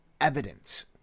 evidence